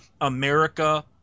America